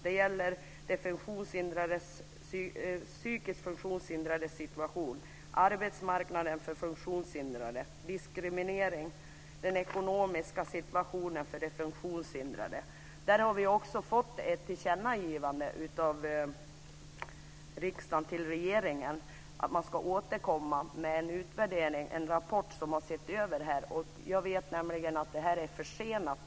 Det gäller de psykiskt funktionshindrades situation, arbetsmarknaden för funktionshindrade, diskriminering och den ekonomiska situationen för de funktionshindrade. Där har vi också fått ett tillkännagivande av riksdagen till regeringen att den ska återkomma med en utvärdering. Jag vet att rapporten är försenad.